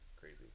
crazy